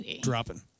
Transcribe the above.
dropping